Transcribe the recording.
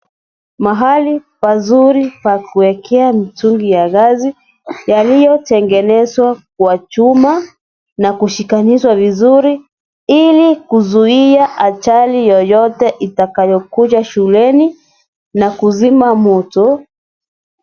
Mahali pazuri pa kuwekea mitungi ya gasi yaliotengenezwa kwa chuma na kushikanishwa vizuri, ili kuzuia ajali yoyote itakayo kuja shuleni na kuzima moto.